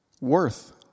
worth